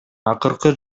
акыркы